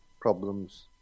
problems